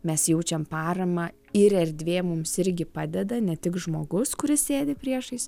mes jaučiam paramą ir erdvė mums irgi padeda ne tik žmogus kuris sėdi priešais